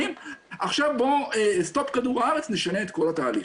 עכשיו סטופ כדור הארץ נשנה את כל התהליך'.